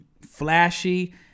Flashy